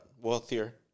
wealthier